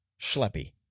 schleppy